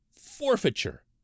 forfeiture